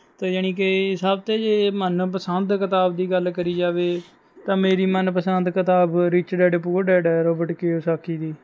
ਅਤੇ ਜਾਣੀ ਕਿ ਸਭ ਤੇ ਜੇ ਮਨਪਸੰਦ ਕਿਤਾਬ ਦੀ ਗੱਲ ਕਰੀ ਜਾਵੇ ਤਾਂ ਮੇਰੀ ਮਨਪਸੰਦ ਕਿਤਾਬ ਰਿੱਚ ਡੈਡ ਪੂਅਰ ਡੈਡ ਹੈ ਰੌਬਰਟ ਕਿਯੋਸਾਕੀ ਦੀ